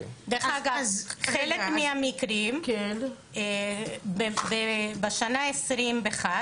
דרך אגב, חלק מהמקרים בשנת 2021,